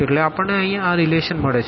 એટલે આપણ ને અહી આ રીલેશન મળે છે